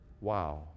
Wow